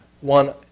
One